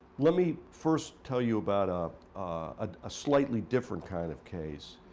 let me, first, tell you about a ah ah slightly different kind of case.